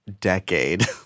decade